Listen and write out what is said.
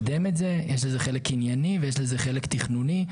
יש לזה חלק ענייני ויש לזה חלק תכנוני,